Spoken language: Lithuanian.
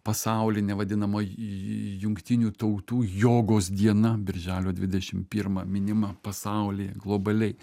pasaulinė vadinama ju jungtinių tautų jogos diena birželio dvidešim pirmą minima pasaulyje globaliai